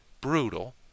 brutal